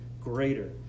greater